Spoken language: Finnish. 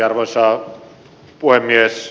arvoisa puhemies